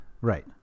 right